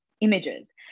images